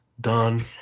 Done